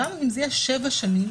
גם אם זה יהיה שבע שנים,